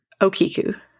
Okiku